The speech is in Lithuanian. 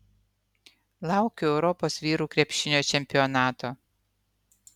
laukiu europos vyrų krepšinio čempionato